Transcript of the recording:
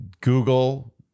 Google